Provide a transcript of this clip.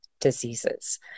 diseases